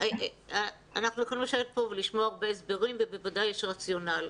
אנחנו יכולים לשמוע הרבה הסברים ובוודאי שיש רציונל.